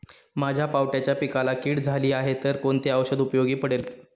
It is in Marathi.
माझ्या पावट्याच्या पिकाला कीड झाली आहे तर कोणते औषध उपयोगी पडेल?